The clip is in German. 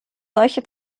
solche